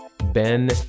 Ben